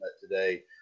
today